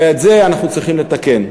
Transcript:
ואת זה אנחנו צריכים לתקן.